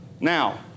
Now